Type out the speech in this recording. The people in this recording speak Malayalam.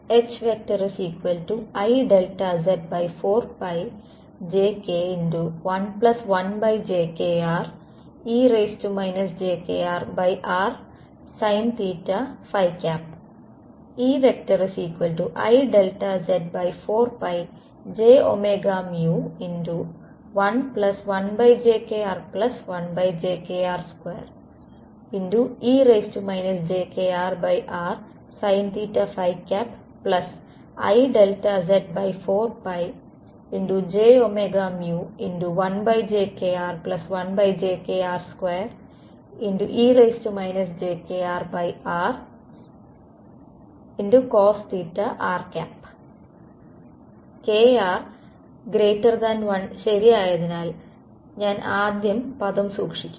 HIz4jk11jkre jkrrsin EIz4j11jkr1jkr2e jkrrsinIz4j1jkr1jkr2e jkrrcosr kr 1 ശരിയായതിനാൽ ഞാൻ ആദ്യ പദം സൂക്ഷിക്കും